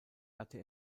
hatte